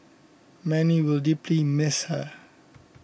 many will deeply miss her